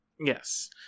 yes